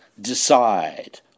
decide